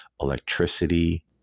electricity